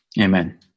Amen